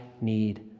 need